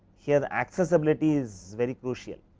here accessibility is very crucial,